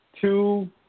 two